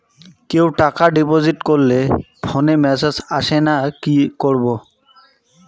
কেউ টাকা ডিপোজিট করলে ফোনে মেসেজ আসেনা কি করবো?